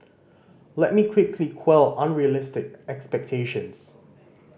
let me quickly quell unrealistic expectations